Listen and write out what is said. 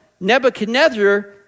Nebuchadnezzar